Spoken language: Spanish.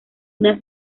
una